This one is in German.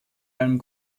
einem